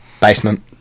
Basement